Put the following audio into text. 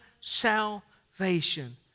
salvation